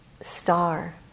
star